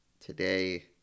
today